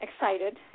excited